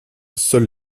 seuls